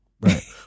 Right